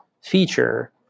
feature